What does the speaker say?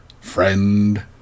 friend